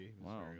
Wow